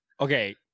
Okay